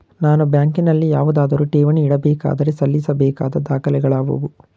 ನಾನು ಬ್ಯಾಂಕಿನಲ್ಲಿ ಯಾವುದಾದರು ಠೇವಣಿ ಇಡಬೇಕಾದರೆ ಸಲ್ಲಿಸಬೇಕಾದ ದಾಖಲೆಗಳಾವವು?